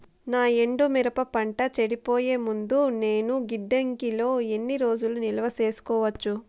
నా ఎండు మిరప పంట చెడిపోయే ముందు నేను గిడ్డంగి లో ఎన్ని రోజులు నిలువ సేసుకోవచ్చు?